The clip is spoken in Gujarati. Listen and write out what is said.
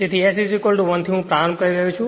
તેથી S 1 થી હું પ્રારંભ કરી રહ્યો છું